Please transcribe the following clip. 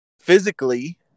physically